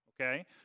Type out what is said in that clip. okay